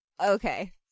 okay